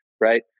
right